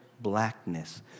blackness